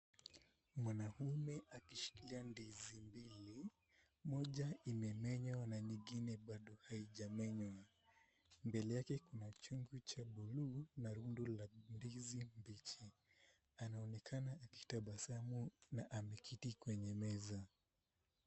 Mwanaume akishikilia ndizi mbili, moja imemenywa na nyingine bado haijamenywa. Mbele yake kuna chungu cha buluu, na rundo la ndizi mbichi. Anaonekana akitabasamu na ameketi kwenye meza.